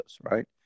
right